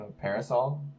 Parasol